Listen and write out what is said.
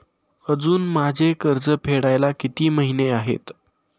अजुन माझे कर्ज फेडायला किती महिने आहेत?